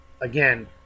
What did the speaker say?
again